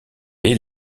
est